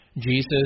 Jesus